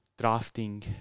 drafting